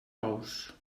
ous